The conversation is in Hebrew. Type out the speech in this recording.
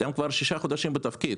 אתם כבר שישה חודשים בתפקיד,